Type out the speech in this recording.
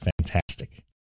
fantastic